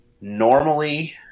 normally